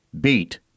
beat